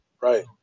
Right